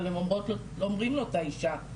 אבל הם אומרים לאותה אישה,